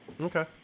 Okay